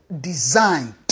designed